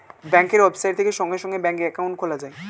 ব্যাঙ্কের ওয়েবসাইট থেকে সঙ্গে সঙ্গে ব্যাঙ্কে অ্যাকাউন্ট খোলা যায়